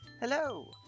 Hello